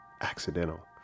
accidental